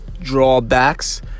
drawbacks